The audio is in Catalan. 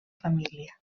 família